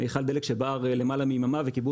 עם מיכל דלק שבער למעלה מיממה וכיבו